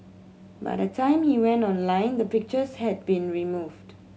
by the time he went online the pictures had been removed